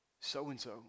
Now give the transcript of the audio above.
so-and-so